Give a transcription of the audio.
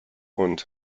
und